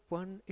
one